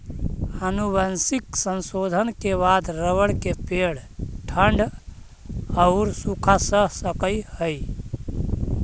आनुवंशिक संशोधन के बाद रबर के पेड़ ठण्ढ औउर सूखा सह सकऽ हई